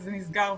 וזה נסגר,